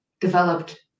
developed